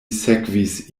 sekvis